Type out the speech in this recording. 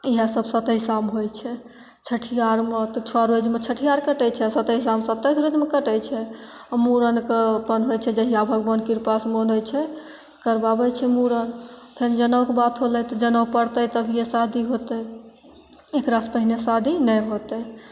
इएहसब सतैसामे होइ छै छठिआरमे तऽ छओ रोजमे छठिआर कटै छै आओर सतैसामे सताइस रोजमे कटै छै आओर मूड़नके अपन होइ छै जहिआ भगवानके किरपासे मोन होइ छै करबाबै छै मूड़न फेर जनउके बात होलै तऽ जनउ पड़तै तभिए शादी होतै एकरासे पहिले शादी नहि होतै